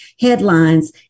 headlines